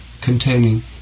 containing